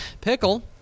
Pickle